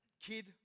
kid